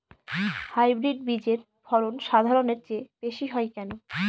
Hybrid বীজের ফলন সাধারণের চেয়ে বেশী হয় কেনো?